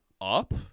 up